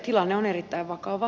tilanne on erittäin vakava